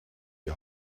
die